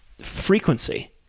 frequency